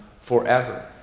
forever